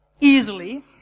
easily